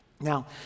now